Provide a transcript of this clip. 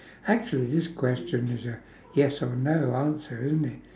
actually this question is a yes or no answer isn't it